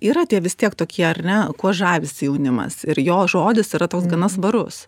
yra tie vis tiek tokie ar ne kuo žavisi jaunimas ir jo žodis yra toks gana svarus